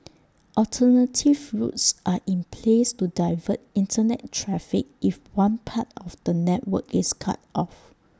alternative routes are in place to divert Internet traffic if one part of the network is cut off